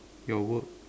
your work